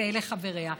ואלה חבריה".